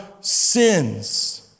sins